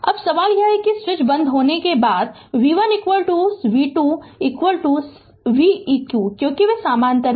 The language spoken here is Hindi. अब सवाल यह है कि स्विच बंद होने के बाद v1 v2 v eq क्योंकि वे समानांतर में हैं